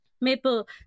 maple